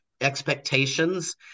expectations